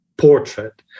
portrait